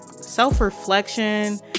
self-reflection